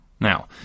Now